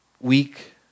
week